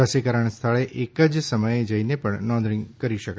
રસીકરણ સ્થળે એજ સમયે જઇને પણ નોંધણી કરી શકાશે